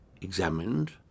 examined